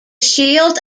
shield